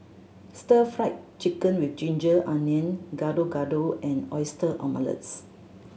Stir Fried Chicken with ginger onion Gado Gado and oyster omelettes